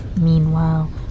Meanwhile